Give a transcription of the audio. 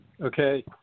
Okay